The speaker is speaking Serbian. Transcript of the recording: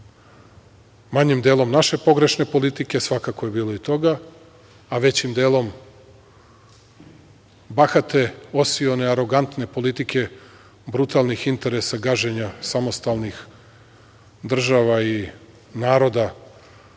manjim delom naše pogrešne politike, svakako je bilo i toga, a većim delom bahate, osione, arogantne politike brutalnih interesa gaženja samostalnih država i naroda